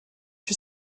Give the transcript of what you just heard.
you